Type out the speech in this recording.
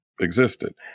existed